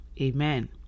amen